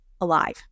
alive